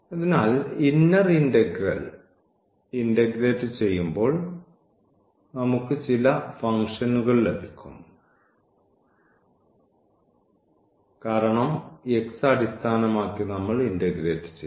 അതിനാൽ inner integral integrate ചെയ്യുമ്പോൾ നമുക്ക് ചില ഫംഗ്ഷനുകൾ ലഭിക്കും കാരണം x അടിസ്ഥാനമാക്കി നമ്മൾ ഇന്റഗ്രേറ്റ് ചെയ്തു